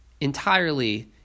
entirely